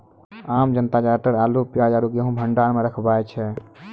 आम जनता ज्यादातर आलू, प्याज आरो गेंहूँ भंडार मॅ रखवाय छै